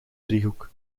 driehoek